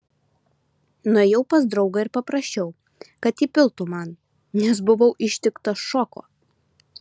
nuėjau pas draugą ir paprašiau kad įpiltų man nes buvau ištiktas šoko